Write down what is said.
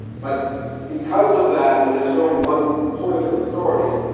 but because of that, and there's no one point of authority,